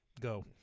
go